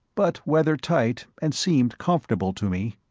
but weathertight and seemed comfortable to me.